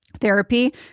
therapy